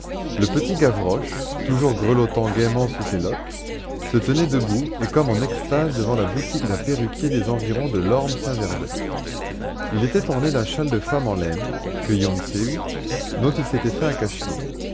le petit gavroche toujours grelottant gaîment sous ses loques se tenait debout et comme en extase devant la boutique d'un perruquier des environs de lorme saint gervais il était orné d'un châle de femme en laine cueilli on ne sait où dont il s'était fait un cache-nez